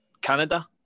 Canada